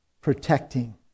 Protecting